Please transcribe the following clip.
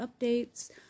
updates